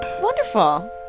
Wonderful